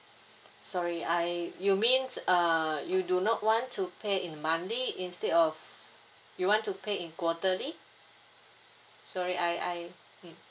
sorry I you mean uh you do not want to pay in monthly instead of you want to pay in quarterly sorry I I ne~